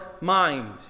mind